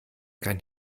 kein